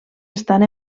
estan